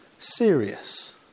serious